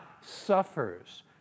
suffers